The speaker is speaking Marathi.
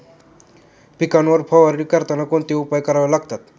पिकांवर फवारणी करताना कोणते उपाय करावे लागतात?